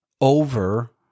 over